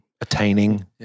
attaining